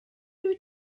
wyt